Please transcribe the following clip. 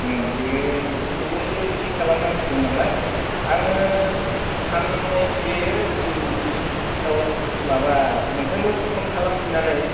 बेखौल'सो थिग खालामनांसिगौ नालाय आङो साननैसो उन एसे उनाव माबा नोंथांनो फन खालामफिननानै